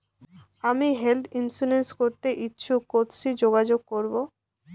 আমি health insurance করতে ইচ্ছুক কথসি যোগাযোগ করবো?